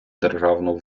державну